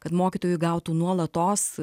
kad mokytojai gautų nuolatos